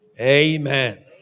Amen